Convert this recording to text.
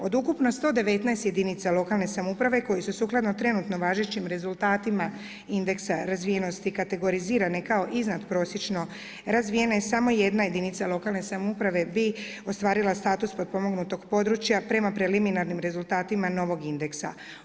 Od ukupno 119 jedinica lokalne samouprave koje su sukladno trenutno važećim rezultatima indeksa razvijenosti kategorizirane kao iznadprosječno razvijene samo jedna jedinica lokalne samouprave bi ostvarila status potpomognutog područja prema preliminarnim rezultatima novog indeksa.